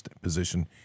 position